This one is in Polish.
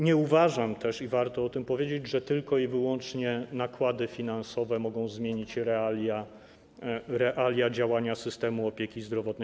Nie uważam też - i warto o tym powiedzieć - że tylko i wyłącznie nakłady finansowe mogą zmienić realia działania systemu opieki zdrowotnej.